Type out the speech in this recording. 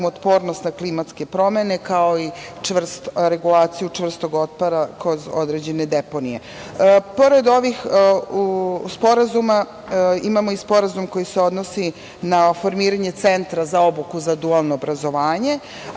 otpornost na klimatske promene, kao i regulaciju čvrstog otpada kroz određene deponije. Pored ovih sporazuma, imamo i sporazum koji se odnosi na formiranje centra za obuku za dualno obrazovanje,